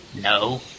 No